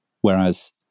Whereas